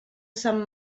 sant